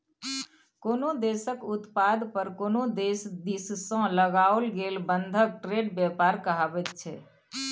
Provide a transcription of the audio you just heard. कोनो देशक उत्पाद पर कोनो देश दिससँ लगाओल गेल बंधन ट्रेड व्यापार कहाबैत छै